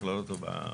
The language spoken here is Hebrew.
לכלול אותו בהצעה.